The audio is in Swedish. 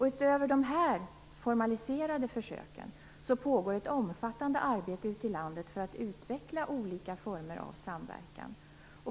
Utöver de nämnda formaliserade försöken pågår ett omfattande arbete ute i landet för att utveckla olika former av samverkan.